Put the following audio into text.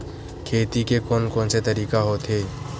खेती के कोन कोन से तरीका होथे?